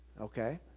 okay